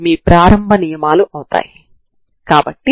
మీ ప్రారంభ సమాచారం ఏమిటి